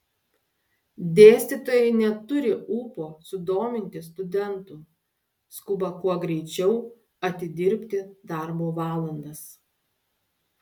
dėstytojai neturi ūpo sudominti studentų skuba kuo greičiau atidirbti darbo valandas